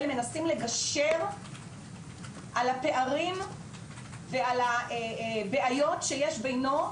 מנסים לגשר על הפערים ועל הבעיות שיש בינו,